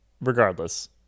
regardless